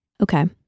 Okay